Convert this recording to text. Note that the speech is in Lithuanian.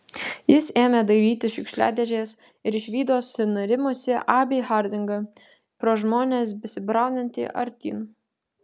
jis ėmė dairytis šiukšliadėžės ir išvydo sunerimusį abį hardingą pro žmones besibraunantį artyn